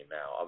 now